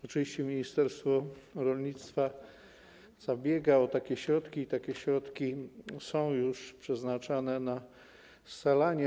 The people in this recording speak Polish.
Oczywiście ministerstwo rolnictwa zabiega o takie środki i takie środki są już przeznaczane na scalanie.